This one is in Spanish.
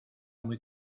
muy